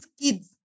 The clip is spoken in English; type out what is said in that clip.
kids